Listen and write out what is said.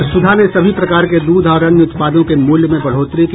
और सुधा ने सभी प्रकार के दूध और अन्य उत्पादों के मूल्य में बढ़ोतरी की